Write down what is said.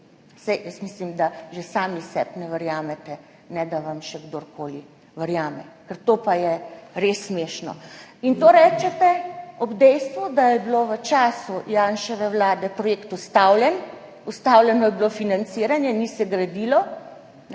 Saj jaz mislim, da že sami sebi ne verjamete, ne da vam še kdorkoli verjame, ker to pa je res smešno. In to rečete ob dejstvu, da je bil v času Janševe vlade projekt ustavljen, ustavljeno je bilo financiranje, ni se gradilo, vaš